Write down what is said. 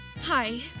Hi